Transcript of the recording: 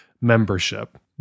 membership